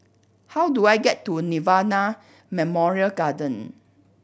how do I get to Nirvana Memorial Garden